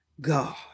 God